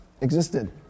existed